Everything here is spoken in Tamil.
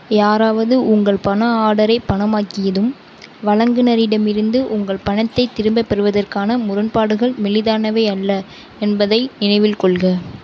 யாராவது உங்கள் பண ஆர்டரை பணமாக்கியதும் வழங்குனரிடமிருந்து உங்கள் பணத்தைத் திரும்பப் பெறுவதற்கான முரண்பாடுகள் மெலிதானவை அல்ல என்பதை நினைவில் கொள்க